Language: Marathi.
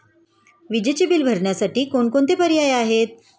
विजेचे बिल भरण्यासाठी कोणकोणते पर्याय आहेत?